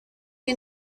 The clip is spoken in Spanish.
que